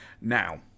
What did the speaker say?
Now